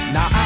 Now